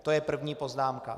To je první poznámka.